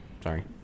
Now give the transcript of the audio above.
Sorry